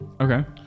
Okay